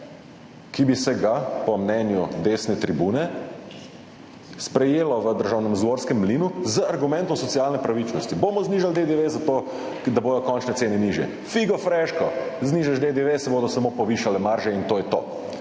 ki bi se ga po mnenju desne tribune sprejelo v državnozborskem mlinu z argumentom socialne pravičnosti. Bomo znižali DDV zato, da bodo končne cene nižje. Figo freško! Znižaš DDV in se bodo samo povišale marže in to je to.